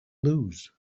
lose